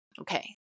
Okay